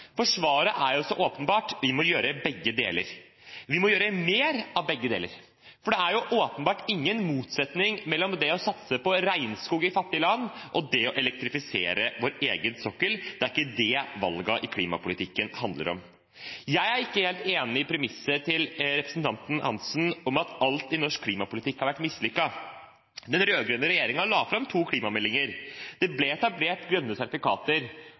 for svaret er så åpenbart: Vi må gjøre begge deler. Vi må gjøre mer av begge deler. For det er ingen motsetning mellom det å satse på regnskog i fattige land og det å elektrifisere vår egen sokkel. Det er ikke det valgene i klimapolitikken handler om. Jeg er ikke helt enig i premisset til representanten Hansson om at alt i norsk klimapolitikk har vært mislykket. Den rød-grønne regjeringen la fram to klimameldinger, det ble etablert grønne sertifikater